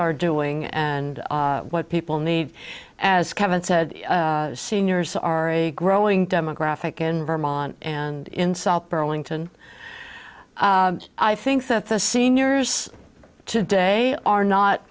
are doing and what people need as kevin said seniors are a growing demographic in vermont and in south burlington i think that the seniors today are not